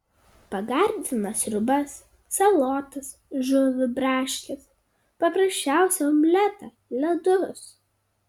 pagardina sriubas salotas žuvį braškes paprasčiausią omletą ledus